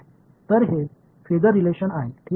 எனவே அவை ஃபாசர் உறவுகள்